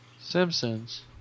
Simpsons